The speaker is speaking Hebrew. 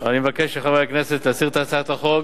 אני מבקש מחברי הכנסת להסיר את הצעת החוק